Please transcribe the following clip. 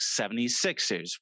76ers